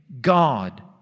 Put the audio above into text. God